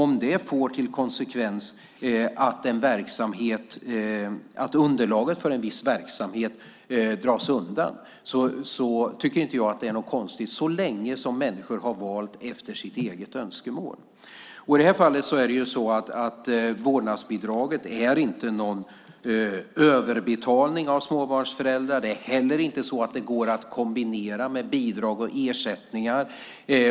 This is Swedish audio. Om det får till konsekvens att underlaget för en viss verksamhet dras undan tycker jag inte att det är något konstigt så länge som människor har valt efter sitt eget önskemål. Vårdnadsbidraget är ingen överbetalning av småbarnsföräldrar. Det går heller inte att kombinera med bidrag och ersättningar.